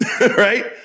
right